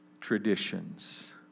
traditions